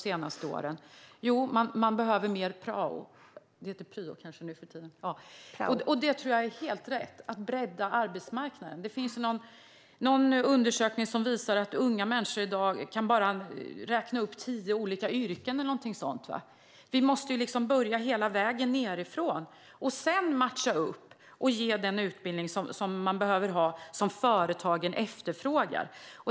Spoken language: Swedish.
Det tror jag är helt rätt: att bredda arbetsmarknaden. Det finns någon undersökning som visar att unga människor i dag bara kan räkna upp tio olika yrken eller någonting sådant. Vi måste därför börja hela vägen nedifrån och sedan matcha upp och ge den utbildning som man behöver ha och som företagen efterfrågar.